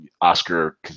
oscar